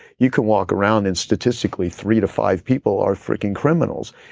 you can walk around and statistically three to five people are freaking criminals,